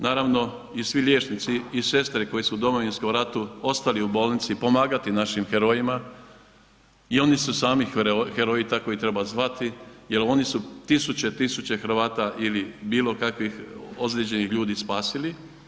Naravno svi liječnici i sestre koji su u Domovinskom ratu ostali u bolnici i pomagati našim herojima i oni su sami heroji i tako ih treba zvati jel oni su tisuće i tisuće Hrvata ili bilo kakvih ozlijeđenih ljudi spasili.